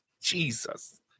Jesus